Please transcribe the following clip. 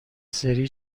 سری